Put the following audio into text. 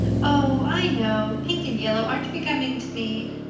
oh. i know pink and yellow aren't becoming to me,